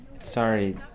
Sorry